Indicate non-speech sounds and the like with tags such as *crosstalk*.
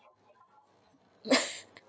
*laughs*